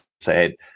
say